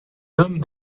hommes